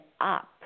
up